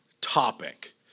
topic